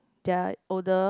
they're older